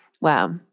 wow